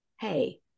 Hey